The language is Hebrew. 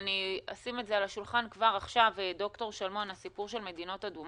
אני מאוד מודה לך על הקיום של הדיון הזה,